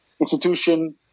institution